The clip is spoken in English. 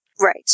Right